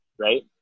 Right